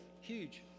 huge